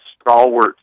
stalwart